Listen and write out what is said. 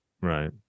right